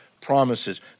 promises